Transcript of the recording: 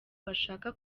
bashaka